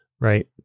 Right